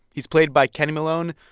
he's played by kenny malone.